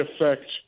affect